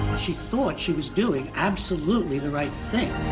she thought she was doing absolutely the right thing.